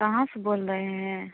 कहाँ से बोल रहे हैं